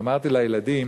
ואמרתי לילדים